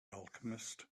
alchemist